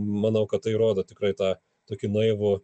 manau kad tai rodo tikrai tą tokį naivu